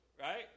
right